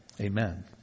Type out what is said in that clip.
Amen